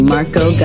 Marco